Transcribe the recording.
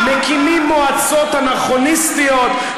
מקימים מועצות אנכרוניסטיות,